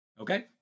Okay